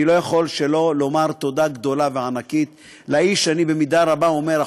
אני לא יכול שלא לומר תודה גדולה וענקית לאיש שאני במידה רבה אומר,